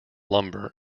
lumber